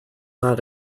not